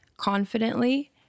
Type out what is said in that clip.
confidently